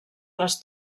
les